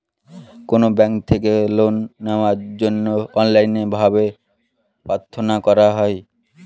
কোনো ব্যাঙ্ক থেকে লোন নেওয়ার জন্য অনলাইনে ভাবে প্রার্থনা করা হয়